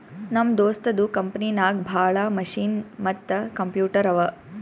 ನಮ್ ದೋಸ್ತದು ಕಂಪನಿನಾಗ್ ಭಾಳ ಮಷಿನ್ ಮತ್ತ ಕಂಪ್ಯೂಟರ್ ಅವಾ